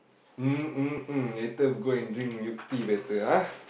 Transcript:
mm mm mm later we go and drink milk tea better ah